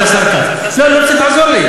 והפופוליזם, או כמו שנהוג לומר עכשיו: